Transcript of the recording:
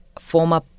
former